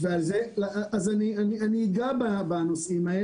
ומרכזת אותה ד"ר יעל צנציפר ביק"ר,